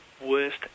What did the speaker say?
worst